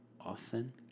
often